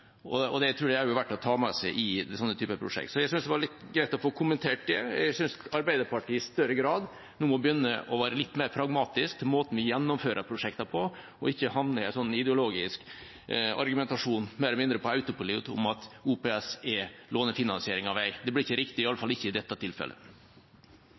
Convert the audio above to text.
og det tror jeg også det er verdt å ta med seg i sånne typer prosjekter. Jeg synes det var litt greit å få kommentert det. Nå synes jeg Arbeiderpartiet i større grad må begynne å være litt mer pragmatisk til måten vi gjennomfører prosjektene på, og ikke havne i en ideologisk argumentasjon mer eller mindre på autopilot om at OPS er lånefinansiering av vei. Det blir ikke riktig,